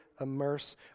immerse